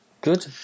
Good